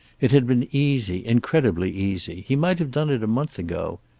it had been easy, incredibly easy. he might have done it a month ago.